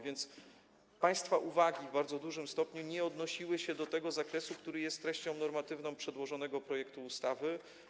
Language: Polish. Więc państwa uwagi w bardzo dużym stopniu nie odnosiły się do tego zakresu, który jest treścią normatywną przedłożonego projektu ustawy.